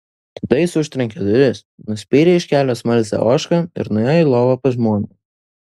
tada jis užtrenkė duris nuspyrė iš kelio smalsią ožką ir nuėjo į lovą pas žmoną